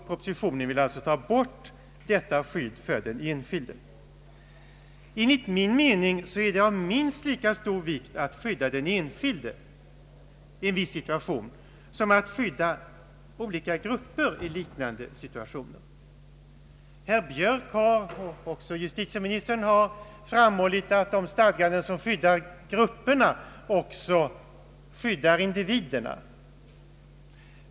Propositionen vill således ta bort detta skydd för den enskilde. Enligt min mening är det av minst lika stor vikt att den enskilde skyddas i en viss situation som att skydda olika grupper i liknande situationer. Herr Björk, liksom <justitieministern, har framhållit att de stadganden som skyddar grupper också skyddar individerna.